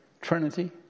Trinity